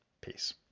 Peace